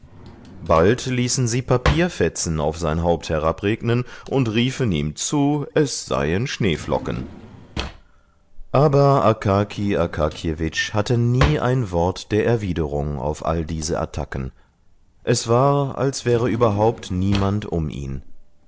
bald ließen sie papierfetzen auf sein haupt herabregnen und riefen ihm zu es seien schneeflocken aber akaki akakjewitsch hatte nie ein wort der erwiderung auf all diese attacken es war als wäre überhaupt niemand um ihn